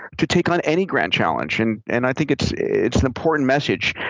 to take on any grand challenge, and and i think it's it's an important message.